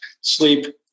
sleep